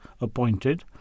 appointed